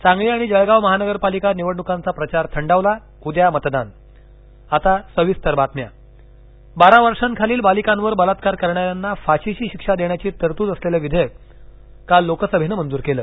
सांगली आणि जळगाव महानगरपालिका निवडणुकांचा प्रचार थंडावला उद्या मतदान संसद बारा वर्षांखालील बालिकांवर बलात्कार करणार्याना फाशीची शिक्षा देण्याची तरतूद असलेलं विधेयक काल लोकसभेनं मंजूर केलं